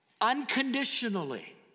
unconditionally